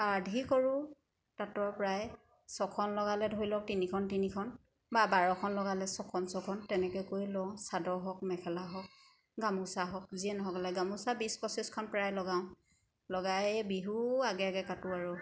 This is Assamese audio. আধি কৰোঁ তাঁতৰ প্ৰায় ছখন লগালে ধৰি লওক তিনিখন তিনিখন বা বাৰখন লগালে ছখন ছখন তেনেকৈ কৰি লওঁ চাদৰ হওক মেখেলা হওক গামোচা হওক যিয়ে নহওক লাগে গামোচা বিছ পঁচিছখন প্ৰায় লগাওঁ লগাই বিহু আগে আগে কাটোঁ আৰু